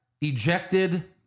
ejected